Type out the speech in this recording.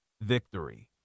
victory